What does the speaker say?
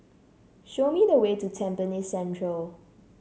show me the way to Tampines Central